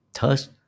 Thus